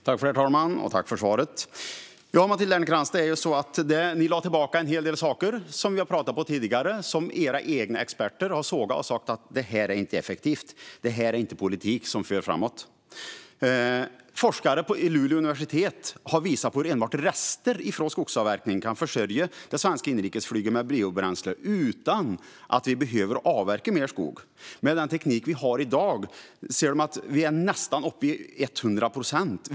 Herr talman! Tack för svaret, Matilda Ernkrans! Ni lade tillbaka en hel del saker som era egna experter har sågat och sagt inte är effektiva, vilket vi har pratat om tidigare. De har sagt att det inte är en politik som för frågan framåt. Forskare vid Luleå universitet har visat hur enbart rester från skogsavverkning kan försörja det svenska inrikesflyget med biobränsle utan att vi behöver avverka mer skog. Med den teknik vi har i dag ser de att vi är uppe i nästan 100 procent.